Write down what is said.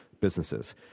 businesses